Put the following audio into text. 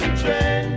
train